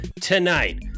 tonight